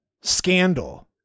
scandal